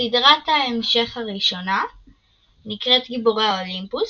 סדרת ההמשך הראשונה נקראת "גיבורי האולימפוס",